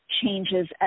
changes